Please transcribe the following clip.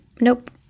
Nope